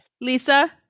Lisa